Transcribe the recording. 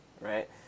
right